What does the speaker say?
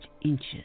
inches